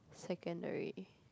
Secondary